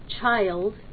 child